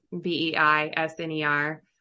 B-E-I-S-N-E-R